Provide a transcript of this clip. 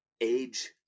age